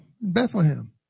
Bethlehem